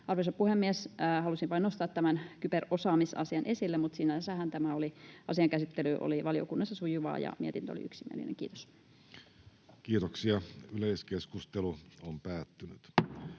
Arvoisa puhemies! Halusin vain nostaa tämän kyberosaamisasian esille, mutta sinänsähän tämän asian käsittely oli valiokunnassa sujuvaa ja mietintö oli yksimielinen. — Kiitos. [Speech 140]